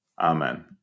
amen